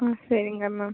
ஆ சரிங்க மேம்